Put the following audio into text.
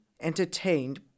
entertained